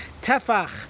tefach